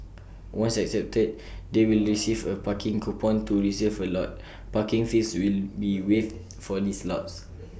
once accepted they will receive A parking coupon to reserve A lot parking fees will be waived for these lots